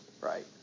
right